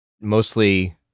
mostly